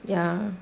ya